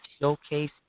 showcase